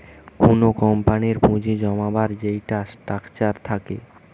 কুনো কোম্পানির পুঁজি জমাবার যেইটা স্ট্রাকচার থাকে